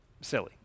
silly